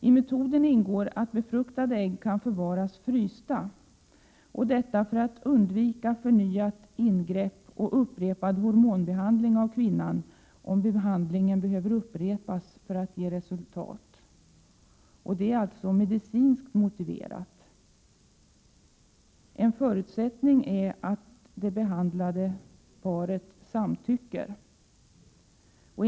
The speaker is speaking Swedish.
I metoden ingår att befruktade ägg kan förvaras frysta för att undvika förnyat ingrepp och upprepad hormonbehandling av kvinnan om behandlingen behöver upprepas för att resultat skall uppnås. Det är alltså medicinskt motiverat. En förutsättning är att det behandlade paret samtycker.